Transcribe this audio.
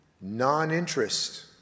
non-interest